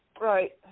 Right